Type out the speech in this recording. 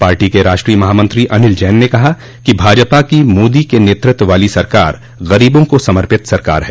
party के राष्ट्रीय महामंत्री अनिल जैन ने कहा कि भाजपा की मोदी के नेतृत्व वाली सरकार गरीबों को समर्पित सरकार है